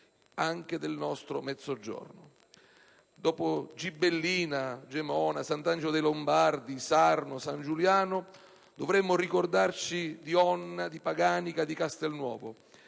anche del nostro Mezzogiorno. Dopo Gibellina, Gemona, Sant'Angelo dei Lombardi, Sarno, San Giuliano, dovremo ricordarci di Onna, di Paganica, di Castelnuovo.